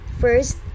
first